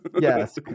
Yes